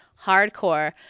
hardcore